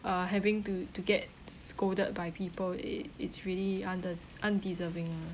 uh having to to get scolded by people it it's really unde~ undeserving lah